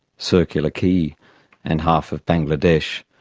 circular quay and half of bangladesh,